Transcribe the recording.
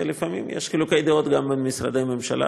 ולפעמים יש חילוקי דעות גם בין משרדי ממשלה.